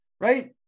right